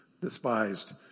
despised